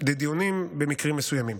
לדיונים במקרים מסוימים.